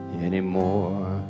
anymore